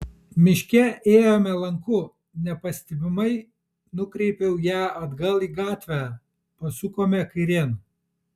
miške ėjome lanku nepastebimai nukreipiau ją atgal į gatvę pasukome kairėn